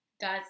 guys